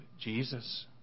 Jesus